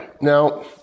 Now